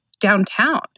downtown